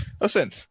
listen